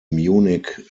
munich